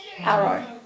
arrow